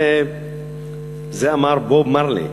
זה אמר בוב מארלי,